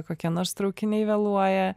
kokie nors traukiniai vėluoja